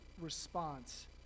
response